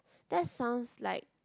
that's sound like